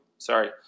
Sorry